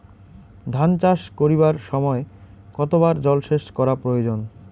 ধান চাষ করিবার সময় কতবার জলসেচ করা প্রয়োজন?